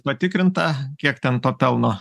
patikrinta kiek ten to pelno